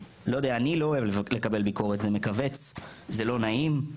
לא יודע אני לא אוהב לקבל ביקורת, זה לא נעים,